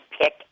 pick